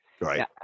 right